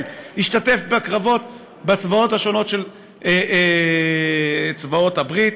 השתתפו בקרבות בצבאות של בעלות הברית.